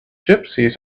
gypsies